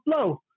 Flow